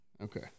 Okay